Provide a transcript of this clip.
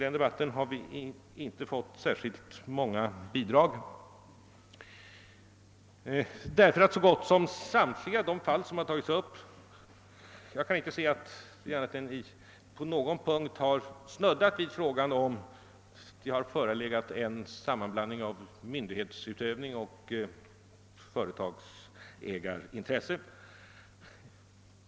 Denna debatt har inte fått särskilt många bidrag, därför att så gott som samtliga de fall som tagits upp har inte snuddat vid frågan om huruvida det förelegat en sammanblandning av myndighetsutövning och företagsägarintressen.